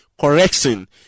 correction